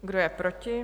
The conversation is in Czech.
Kdo je proti?